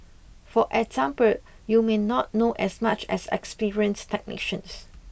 for example you may not know as much as experienced technicians